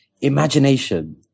imagination